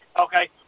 Okay